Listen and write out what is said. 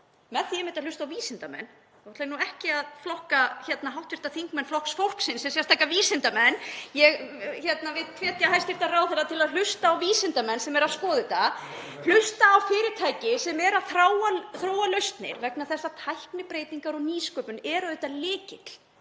með því einmitt að hlusta á vísindamenn — og nú ætla ég ekki að flokka hv. þingmenn Flokks fólksins sem sérstakra vísindamenn. Ég vil hvetja hæstv. ráðherra til að hlusta á vísindamenn sem eru að skoða þetta, hlusta á fyrirtæki sem eru að þróa lausnir vegna þess að tæknibreytingar og nýsköpun eru auðvitað lykill